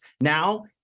Now